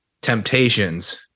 temptations